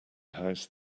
house